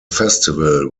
festival